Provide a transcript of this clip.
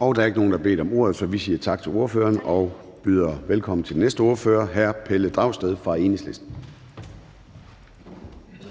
Der er ikke nogen, der har bedt om ordet, så vi siger tak til ordføreren og byder velkommen til næste ordfører. Hr. Pelle Dragsted fra Enhedslisten.